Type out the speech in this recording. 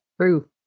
True